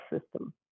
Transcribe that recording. system